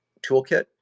toolkit